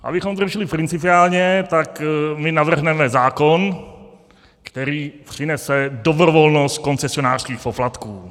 Abychom to řešili principiálně, tak my navrhneme zákon, který přinese dobrovolnost koncesionářských poplatků.